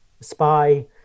spy